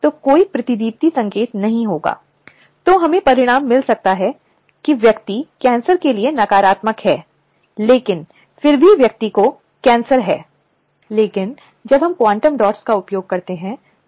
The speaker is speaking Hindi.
इसलिए अगर यह शारीरिक संपर्क का मामला है तो यह एक संपर्क या एक अग्रिम है जो महिलाओं के लिए यह महिलाओं के लिए अनुचित है और महिलाओं के लिए हानिकारक है या यह यौन एहसान की मांग हो सकती है